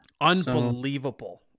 Unbelievable